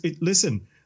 listen